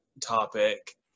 topic